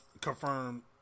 confirmed